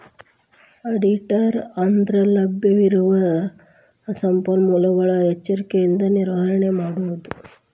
ಆಡಿಟರ ಅಂದ್ರಲಭ್ಯವಿರುವ ಸಂಪನ್ಮೂಲಗಳ ಎಚ್ಚರಿಕೆಯ ನಿರ್ವಹಣೆ ಮಾಡೊದು